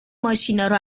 ماشینارو